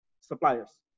suppliers